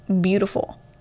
beautiful